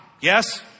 Yes